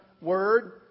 word